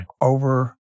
over